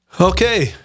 Okay